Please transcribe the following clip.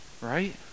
right